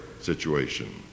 situation